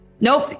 Nope